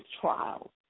trials